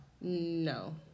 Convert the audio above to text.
no